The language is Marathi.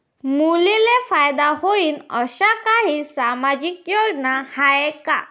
मुलींले फायदा होईन अशा काही सामाजिक योजना हाय का?